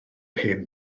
hen